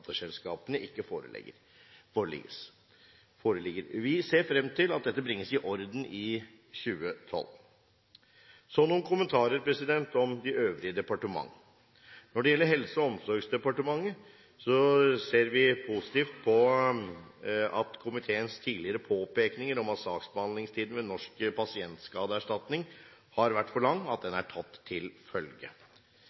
ikke foreligger. Vi ser frem til at dette bringes i orden i 2012. Så noen kommentarer til de øvrige departementer. Når det gjelder Helse- og omsorgsdepartementet, ser vi positivt på at komiteens tidligere påpekninger om at saksbehandlingstiden ved Norsk pasientskadeerstatning har vært for lang,